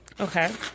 Okay